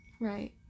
Right